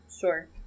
sure